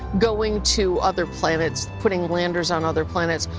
going to other planets, putting landers on other planets,